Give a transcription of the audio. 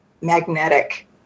magnetic